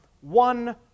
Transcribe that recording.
one